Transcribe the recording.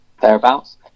thereabouts